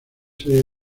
series